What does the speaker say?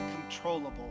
controllable